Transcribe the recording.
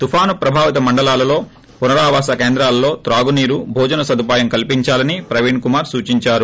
తుఫాను ప్రభావిత మండలాలలో పునరావాస కేంద్రాలలో త్రాగు నీరు భోజన సదుపాయం కల్సించాలని ప్రవీణ్ కుమార్ సూచించారు